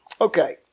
Okay